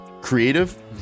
creative